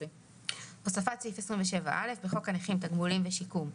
"הוספת סעיף 27א 1. בחוק הנכים (תגמולים ושיקום),